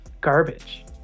garbage